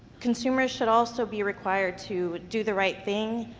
consumers should also be required to do the right thing,